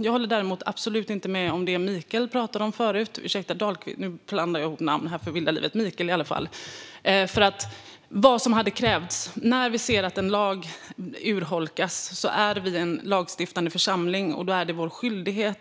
Jag håller däremot absolut inte med om det som Mikael Dahlqvist pratade om förut. När vi ser att en lag urholkas är det vår skyldighet som lagstiftande församling